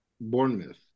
Bournemouth